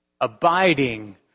abiding